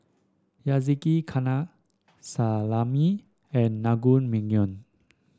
Salami and Naengmyeon